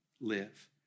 live